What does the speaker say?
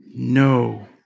No